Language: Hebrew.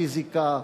פיזיקה,